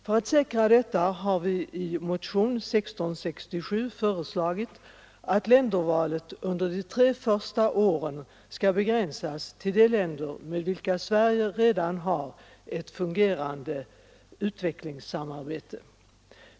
För att säkra detta har vi i motionen 1667 föreslagit att ländervalet under de första tre åren begränsas till de länder med vilka Sverige redan har ett fungerande utvecklingssamarbete.